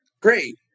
Great